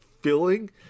filling